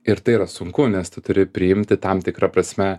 ir tai yra sunku nes tu turi priimti tam tikra prasme